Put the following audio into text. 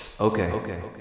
Okay